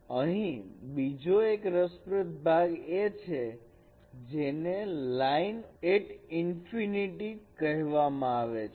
અહીં બીજો એક રસપ્રદ ભાગ છે જેને લાઇન એટ ઇન્ફીનિટી કહેવામાં આવે છે